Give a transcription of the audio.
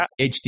HD